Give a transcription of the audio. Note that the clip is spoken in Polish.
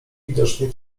widocznie